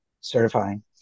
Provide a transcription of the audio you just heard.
certifying